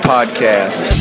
Podcast